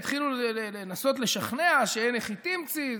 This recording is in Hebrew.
והתחילו לנסות לשכנע שאין היכי תמצי,